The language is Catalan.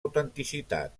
autenticitat